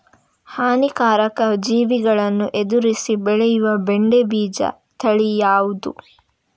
ಹಾನಿಕಾರಕ ಜೀವಿಗಳನ್ನು ಎದುರಿಸಿ ಬೆಳೆಯುವ ಬೆಂಡೆ ಬೀಜ ತಳಿ ಯಾವ್ದು?